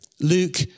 Luke